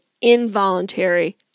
involuntary